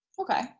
okay